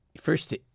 First